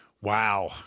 Wow